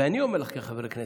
ואני אומר לך כחבר כנסת: